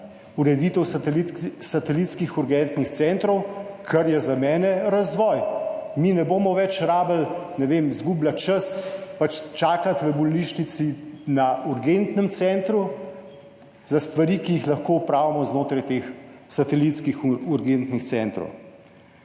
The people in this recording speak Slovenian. ureditev satelitskih urgentnih centrov, kar je za mene razvoj. Nam ne bo več treba izgubljati časa in čakati v bolnišnici na urgentnem centru za stvari, ki jih lahko opravimo znotraj teh satelitskih urgentnih centrov.